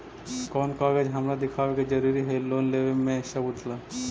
कौन कागज हमरा दिखावे के जरूरी हई लोन लेवे में सबूत ला?